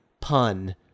pun